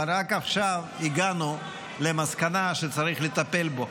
אבל רק עכשיו הגענו למסקנה שצריך לטפל בו.